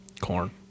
corn